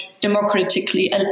democratically